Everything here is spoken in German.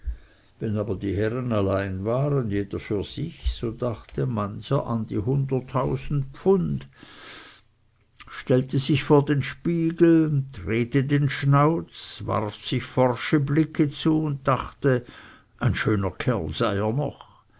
wenn aber die herren alleine waren jeder für sich so dachte mancher an die hunderttausend pfund stellte sich vor den spiegel drehte den schnauz warf sich forsche blicke zu und dachte ein schöner kerl sei er noch